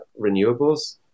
renewables